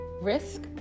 risk